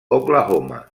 oklahoma